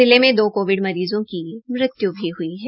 जिले मे दो कोविड मरीज़ों की मृत्य् भी हुई है